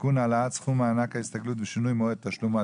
(תיקון - העלאת סכום מענק ההסתגלות ושינוי מועד תשלומו),